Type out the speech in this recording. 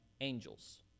angels